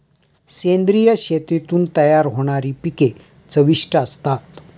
सेंद्रिय शेतीतून तयार होणारी पिके चविष्ट असतात